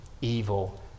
evil